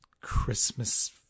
Christmas